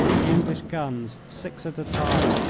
the english guns, six at a time,